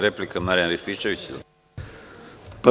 Replika, Marijan Rističević ima reč.